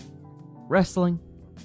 Wrestling